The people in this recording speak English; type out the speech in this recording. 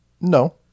No